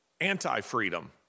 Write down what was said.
anti-freedom